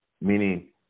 meaning